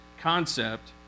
concept